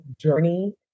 journey